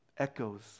echoes